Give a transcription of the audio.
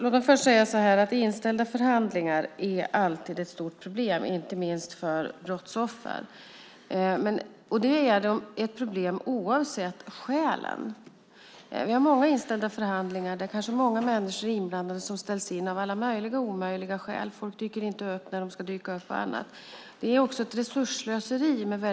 Herr talman! Inställda förhandlingar är alltid ett stort problem, inte minst för brottsoffer. Det är ett problem oavsett skälen. Det är många förhandlingar med många inblandade som ställs in av alla möjliga skäl. Folk dyker inte upp och så vidare. Det är också ett resursslöseri.